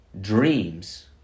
dreams